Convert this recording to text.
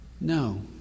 No